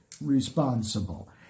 responsible